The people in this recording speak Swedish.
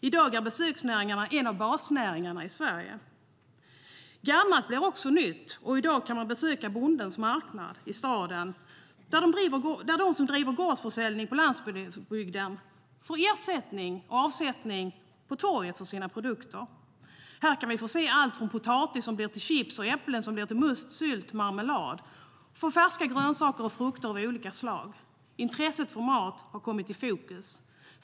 I dag är besöksnäringen en av basnäringarna i Sverige.Gammalt blir nytt, och i dag kan man besöka Bondens marknad i staden när de som driver gårdsförsäljning på landsbygden får avsättning på torget för sina produkter. Här kan vi få se allt från potatis som blir till chips, äpplen som blir till must, sylt och marmelad till färska grönsaker och frukter av olika slag. Intresset för mat har kommit i fokus.